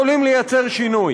יכולים לייצר שינוי.